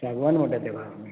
सागवान म्हुटा ताका आमी